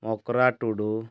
Makara Tudu